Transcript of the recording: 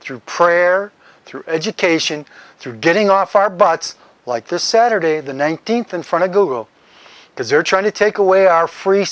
through prayer through education through getting off our butts like this saturday the nineteenth in front of google because they're trying to take away our free